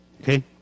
Okay